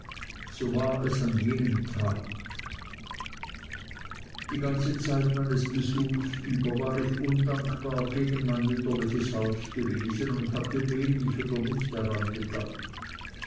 so war es an jenem tag die ganze zeit meines besuchs über war ich undankbar gegen mein mütterliches haus gewesen und hatte wenig oder nicht daran gedacht